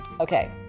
Okay